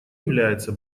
является